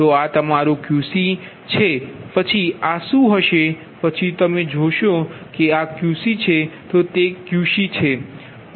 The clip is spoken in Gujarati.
તો આ તમારું Qc છે પછી આ શું હશે પછી જો તમે જોશો કે આ Qc છે તો તે Qc છે